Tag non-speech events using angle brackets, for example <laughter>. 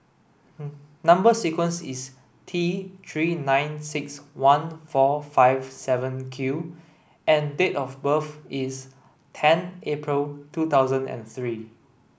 <unintelligible> number sequence is T three nine six one four five seven Q and date of birth is ten April two thousand and three